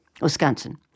Wisconsin